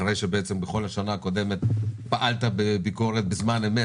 אחרי שבכל השנה הקודמת פעלת בביקורת בזמן אמת